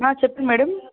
చెప్పండి మేడం